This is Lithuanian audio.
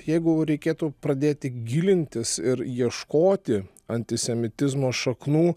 jeigu reikėtų pradėti gilintis ir ieškoti antisemitizmo šaknų